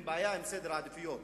הבעיה היא עם סדר העדיפויות.